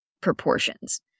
proportions